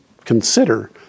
Consider